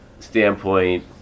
Standpoint